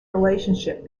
relationship